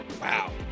wow